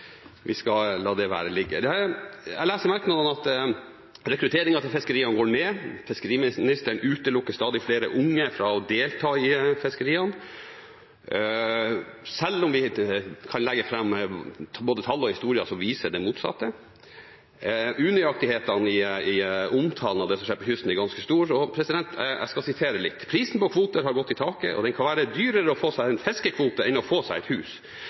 vi skal la det ligge. Jeg leser i SVs merknader at rekrutteringen til fiskeriene går ned, og at fiskeriministeren utelukker stadig flere unge fra å delta i fiskeriene, selv om vi kan legge fram både tall og historier som viser det motsatte. Unøyaktighetene i omtalen av det som skjer på kysten, er ganske stor. Jeg skal sitere litt: «Prisen på kvoter har gått i taket, og det kan være dyrere å få seg en fiskekvote enn å få seg et hus.